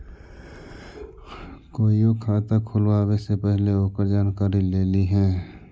कोईओ खाता खुलवावे से पहिले ओकर जानकारी ले लिहें